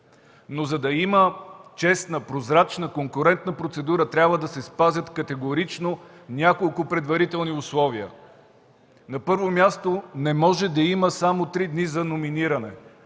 Но за да има честна, прозрачна, конкурентна процедура, трябва да се спазят категорично няколко предварителни условия. На първо място, не може да има само три дни за номиниране.